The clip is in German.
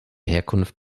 herkunft